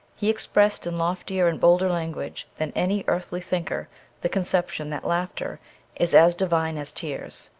he expressed in loftier and bolder language than any earthly thinker the conception that laughter is as divine as tears.